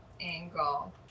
angle